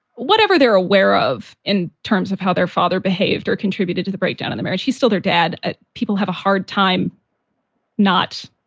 whatever they're aware of in terms of how their father behaved or contributed to the breakdown in the marriage. he's still their dad. ah people have a hard time not,